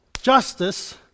justice